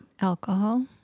Alcohol